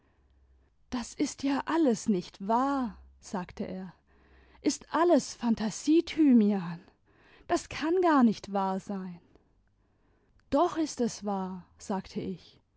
das ist ja alles nicht wahr sagte er ist alles phantasie thymian das kann gar nicht wahr sein doch ist es wahr sagte ich